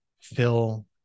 fill